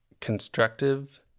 constructive